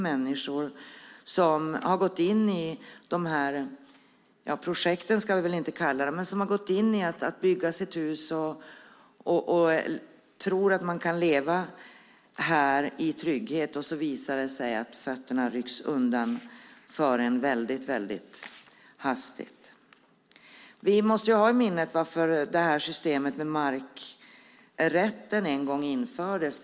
Människor har byggt sitt hus och tror att de kan leva i trygghet, och så visar det sig att fötterna slås undan väldigt hastigt. Vi måste hålla i minnet varför systemet med markrätten en gång infördes.